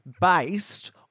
based